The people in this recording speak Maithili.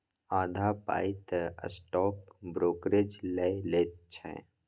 आधा पाय तँ स्टॉक ब्रोकरेजे लए लैत छै